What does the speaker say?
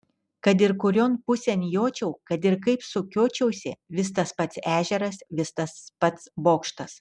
kad ir kurion pusėn jočiau kad ir kaip sukiočiausi vis tas pats ežeras vis tas pats bokštas